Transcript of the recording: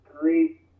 great